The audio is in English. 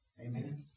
Amen